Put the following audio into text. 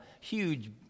huge